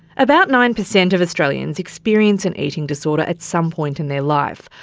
about nine percent of australians experience an eating disorder at some point in their life,